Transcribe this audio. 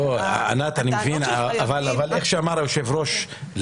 אני מבין אבל כפי שאמר היושב ראש,